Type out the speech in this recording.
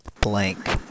Blank